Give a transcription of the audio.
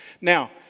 Now